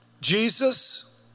Jesus